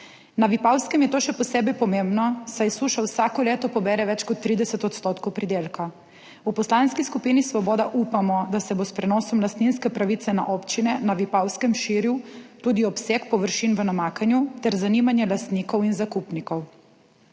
Na Vipavskem je to še posebej pomembno, saj suša vsako leto pobere več kot 30 % pridelka. V Poslanski skupini Svoboda upamo, da se bo s prenosom lastninske pravice na občine na Vipavskem širil tudi obseg površin v namakanju ter zanimanje lastnikov in zakupnikov.